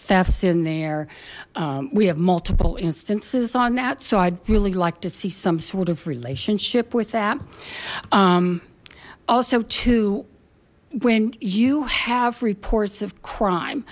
thefts in there we have multiple instances on that so i'd really like to see some sort of relationship with that also too when you have reports of crime